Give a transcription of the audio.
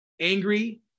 angry